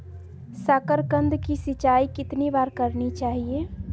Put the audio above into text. साकारकंद की सिंचाई कितनी बार करनी चाहिए?